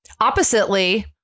oppositely